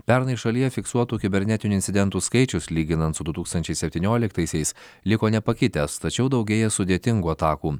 pernai šalyje fiksuotų kibernetinių incidentų skaičius lyginant su du tūkstančiai septynioliktaisiais liko nepakitęs tačiau daugėja sudėtingų atakų